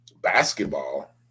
basketball